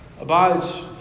abides